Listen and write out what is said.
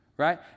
Right